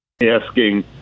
Asking